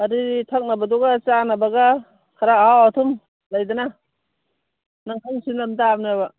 ꯑꯗꯨꯗꯤ ꯊꯛꯅꯕꯗꯨꯒ ꯆꯥꯅꯕꯗꯨꯒ ꯈꯔ ꯑꯍꯥꯎ ꯑꯊꯨꯝ ꯂꯩꯗꯅ ꯅꯪ ꯈꯪ ꯁꯤꯜꯂꯝ ꯇꯥꯕꯅꯦꯕ